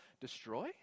destroy